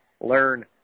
Learn